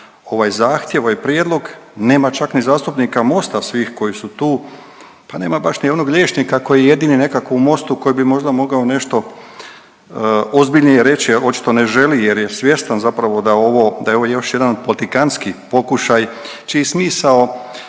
ovaj zahtjev, ovaj prijedlog, nema čak ni zastupnika Mosta svih koji su tu, pa nema baš ni onog liječnika koji je jedini nekako u Mostu koji bi možda mogao nešto ozbiljnije reći, očito ne želi jer je svjestan zapravo da ovo, da je ovo još jedan politikanski pokušaj čiji smisao